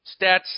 stats